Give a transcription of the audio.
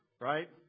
Right